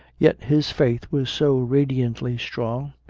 yet his faith was so radiantly strong,